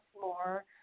more